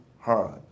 hard